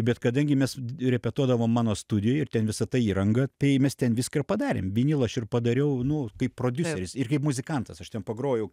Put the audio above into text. bet kadangi mes repetuodavom mano studijoj ir ten visa ta įranga tai mes ten viską ir padarėm vinilą aš ir padariau nu kaip prodiuseris ir kaip muzikantas aš ten pagrojau